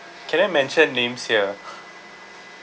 can I mention names here